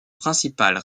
principal